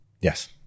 Yes